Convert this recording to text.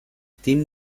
team